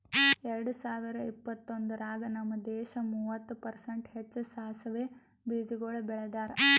ಎರಡ ಸಾವಿರ ಇಪ್ಪತ್ತೊಂದರಾಗ್ ನಮ್ ದೇಶ ಮೂವತ್ತು ಪರ್ಸೆಂಟ್ ಹೆಚ್ಚು ಸಾಸವೆ ಬೀಜಗೊಳ್ ಬೆಳದಾರ್